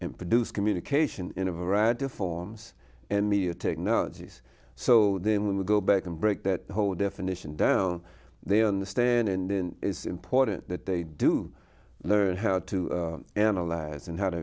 and produce communication in a variety of forms media technologies so then we go back and break that whole definition down they understand and then it's important that they do learn how to analyze and how